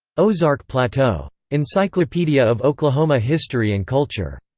ozark plateau. encyclopedia of oklahoma history and culture.